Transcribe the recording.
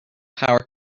power